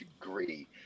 Degree